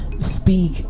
speak